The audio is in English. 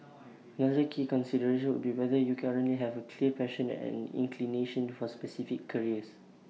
another key consideration would be whether you currently have A clear passion and inclination for specific careers